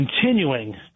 continuing